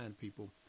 people